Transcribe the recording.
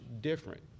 different